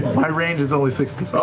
my range is only sixty